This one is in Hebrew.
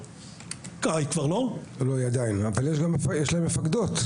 יש להם גם מפקדות.